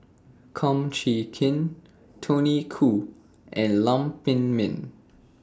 Kum Chee Kin Tony Khoo and Lam Pin Min